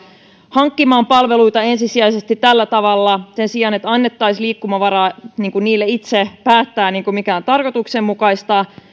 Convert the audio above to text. hankkimaan palveluita ensisijaisesti tällä tavalla sen sijaan että annettaisiin niille liikkumavaraa itse päättää mikä on tarkoituksenmukaista